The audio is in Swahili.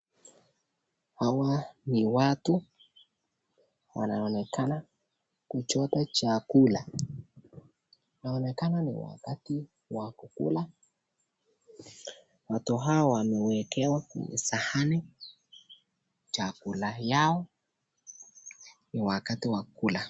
Hawa ni watu wanaonekana kuchota chakula. Inaonekana ni wakati wa kukula. Watu hawa wamewekewa kwenye sahani chakula yao ya wakati wa kula.